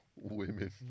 women